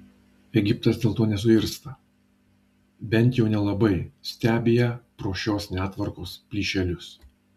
egiptas dėl to nesuirzta bent jau nelabai stebi ją pro šios netvarkos plyšelius